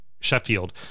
Sheffield